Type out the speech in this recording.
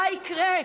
מה יקרה,